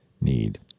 need